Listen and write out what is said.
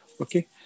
Okay